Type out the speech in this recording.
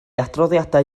adroddiadau